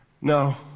no